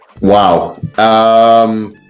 Wow